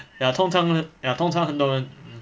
ya 通常人 ya 通常很多人 mm